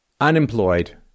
unemployed